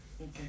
Okay